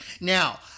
Now